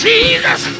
Jesus